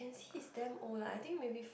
he is damn old lah I think maybe